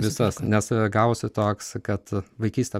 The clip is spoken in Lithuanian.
visas nes gavosi toks kad vaikystę